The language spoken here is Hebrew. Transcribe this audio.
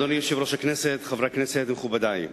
אדוני יושב-ראש הכנסת, חברי הכנסת, מכובדי,